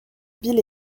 bill